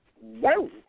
whoa